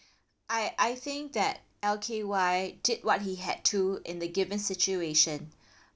I I think that L_K_Y did what he had to in the given situation